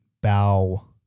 bow